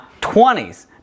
20s